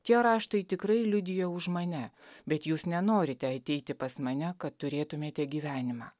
tie raštai tikrai liudija už mane bet jūs nenorite ateiti pas mane kad turėtumėte gyvenimą